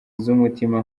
iz’umutima